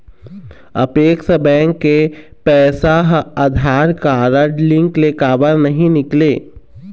Apex bank के पैसा हा आधार कारड लिंक ले काबर नहीं निकले?